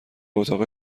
اتاق